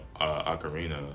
Ocarina